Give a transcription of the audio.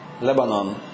Lebanon